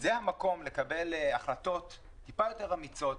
שזה המקום לקבל החלטות קצת יותר אמיצות,